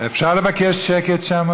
אפשר לבקש שקט שם,